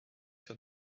sur